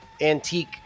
antique